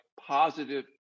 positive